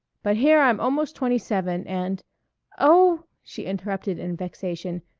but here i'm almost twenty-seven and oh, she interrupted in vexation,